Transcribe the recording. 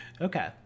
Okay